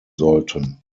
sollten